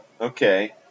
Okay